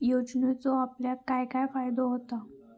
योजनेचो आपल्याक काय काय फायदो होता?